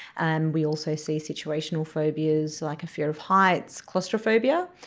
and we also see situational phobias, like a fear of heights, claustrophobia,